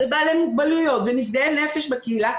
בעלי מוגבלויות ונפגעי נפש בקהילה.